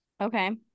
Okay